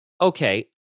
okay